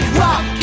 rock